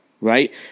right